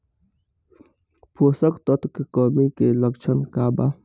पोषक तत्व के कमी के लक्षण का वा?